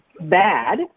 bad